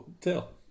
Tell